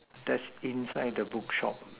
that's inside the bookshop